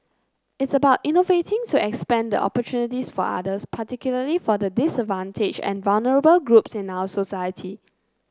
it's about innovating to expand the opportunities for others particularly for the disadvantaged and vulnerable groups in our society